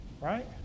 right